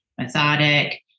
methodic